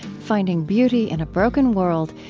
finding beauty in a broken world,